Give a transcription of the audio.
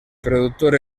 productor